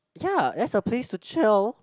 ya that's a place to chill